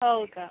हो का